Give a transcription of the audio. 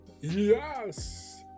Yes